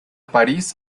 parís